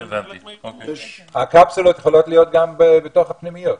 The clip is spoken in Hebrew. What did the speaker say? אז הם חלק --- הקפסולות יכולות להיות גם בתוך הפנימיות,